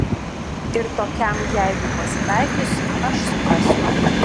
ir tokiam jeigu pasitaikius aš suprasiu